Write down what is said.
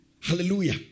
Hallelujah